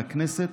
לכנסת,